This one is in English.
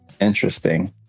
Interesting